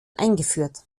eingeführt